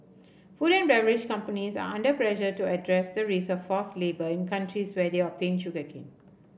food and beverage companies are under pressure to address the risk of forced labour in countries where they obtain sugar cane